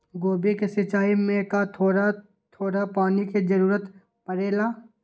गोभी के सिचाई में का थोड़ा थोड़ा पानी के जरूरत परे ला?